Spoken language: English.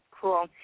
cool